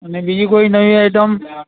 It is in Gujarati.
અને બીજી કોઈ નવી આઇટમ